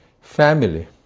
Family